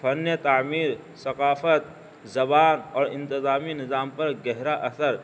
فن تعمیر ثقافت زبان اور انتظامی نظام پر گہرا اثر